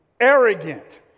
arrogant